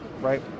right